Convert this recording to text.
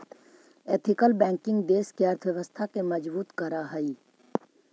ethical banking देश के अर्थव्यवस्था के मजबूत करऽ हइ